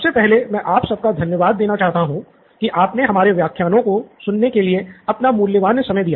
सबसे पहले मैं आप सबका धन्यवाद देना चाहता हूँ की आपने हमारे व्याख्यानों को सुनने के लिए अपना मूल्यवान समय दिया